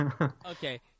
Okay